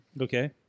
Okay